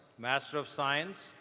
master of science,